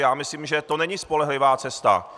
Já myslím, že to není spolehlivá cesta.